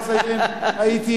אני מוכרח לציין שהייתי,